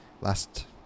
last